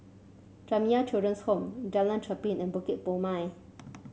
Jamiyah Children's Home Jalan Cherpen and Bukit Purmei